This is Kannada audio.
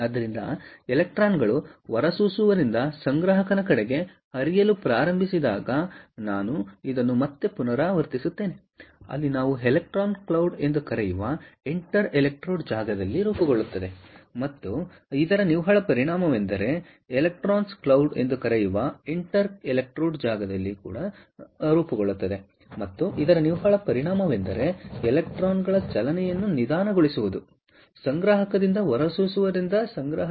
ಆದ್ದರಿಂದ ಎಲೆಕ್ಟ್ರಾನ್ಗಳು ಹೊರಸೂ ಸುವವರಿಂದ ಸಂಗ್ರಾಹಕನ ಕಡೆಗೆ ಹರಿಯಲು ಪ್ರಾರಂಭಿಸಿದಾಗ ನಾನು ಇದನ್ನು ಮತ್ತೆ ಪುನರಾವರ್ತಿಸುತ್ತೇನೆ ಅಲ್ಲಿ ನಾವು ಎಲೆಕ್ಟ್ರಾನ್ ಕ್ಲೌಡ್ ಎಂದು ಕರೆಯುವ ಇಂಟರ್ ಎಲೆಕ್ಟ್ರೋಡ್ ಜಾಗದಲ್ಲಿ ರೂಪುಗೊಳ್ಳುತ್ತದೆ ಮತ್ತು ಇದರ ನಿವ್ವಳ ಪರಿಣಾಮವೆಂದರೆ ಎಲೆಕ್ಟ್ರಾನ್ ಗಳ ಚಲನೆಯನ್ನು ನಿಧಾನ ಗೊಳಿಸುವುದು ಸಂಗ್ರಾಹಕದಿಂದ ಹೊರಸೂಸುವರಿಂದ ಸಂಗ್ರಾಹಕ